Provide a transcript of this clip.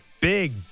Big